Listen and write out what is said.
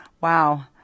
wow